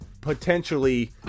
potentially